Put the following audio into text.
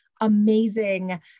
amazing